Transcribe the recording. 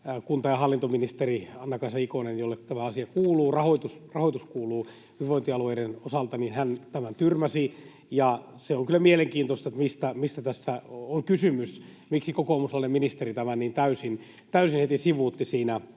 kunta‑ ja hallintoministeri Anna-Kaisa Ikonen, jolle tämä rahoitus kuuluu hyvinvointialueiden osalta, tämän tyrmäsi. Se on kyllä mielenkiintoista, mistä tässä on kysymys, miksi kokoomuslainen ministeri tämän niin täysin heti sivuutti siinä